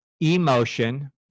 Emotion